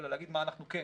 אלא להגיד מה אנחנו כן.